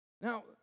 Now